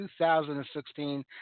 2016